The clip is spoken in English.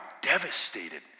devastated